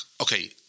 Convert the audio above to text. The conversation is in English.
Okay